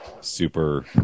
super